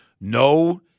No